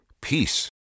peace